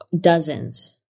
dozens